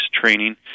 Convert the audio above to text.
training